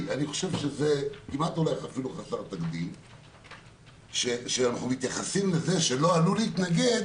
זה כמעט אולי חסר תקדים שאנחנו מתייחסים לזה שלא עלו להתנגד